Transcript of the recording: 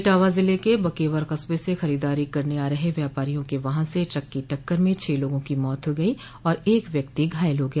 इटावा जिले के बकेवर कस्बे से खरीददारी करने आ रहे व्यापारियों के वाहन से ट्रक की टक्कर में छह लोगों की मौत हो गयी और एक व्यक्ति घायल हो गया